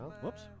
Whoops